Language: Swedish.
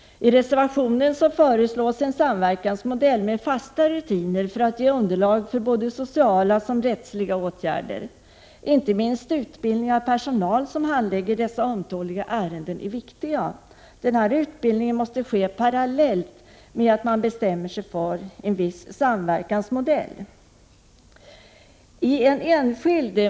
I reservationen föreslås en samverkansmodell med fasta rutiner för att ge underlag för både sociala och rättsliga åtgärder. Inte minst viktig är utbildningen av den personal som handlägger dessa ömtåliga ärenden. Den här utbildningen måste ske parallellt med att man bestämmer sig för en viss samverkansmodell.